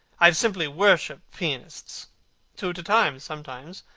i have simply worshipped pianists two at a time, sometimes,